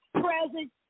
present